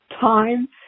time